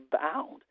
bound